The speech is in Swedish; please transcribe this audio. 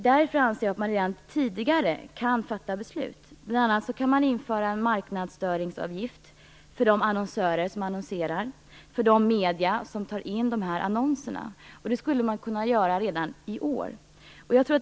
Därför anser jag att man redan tidigare kan fatta beslut. Bl.a. kan man införa en marknadsföringsavgift för de annonsörer som annonserar och de medier som tar in de här annonserna. Det skulle man kunna göra redan i år.